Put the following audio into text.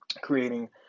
creating